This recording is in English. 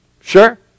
Sure